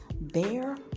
Bear